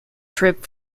trip